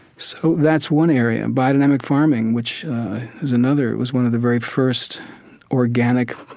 so that's one area. and biodynamic farming, which is another, was one of the very first organic